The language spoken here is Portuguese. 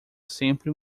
sempre